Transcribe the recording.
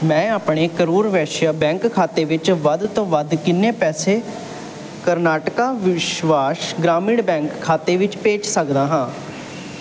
ਮੈਂ ਆਪਣੇ ਕਰੂਰ ਵੈਸਿਆ ਬੈਂਕ ਖਾਤੇ ਵਿੱਚੋਂ ਵੱਧ ਤੋਂ ਵੱਧ ਕਿੰਨੇ ਪੈਸੇ ਕਰਨਾਟਕ ਵਿਕਾਸ ਗ੍ਰਾਮੀਣ ਬੈਂਕ ਖਾਤੇ ਵਿੱਚ ਭੇਜ ਸਕਦਾ ਹਾਂ